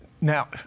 Now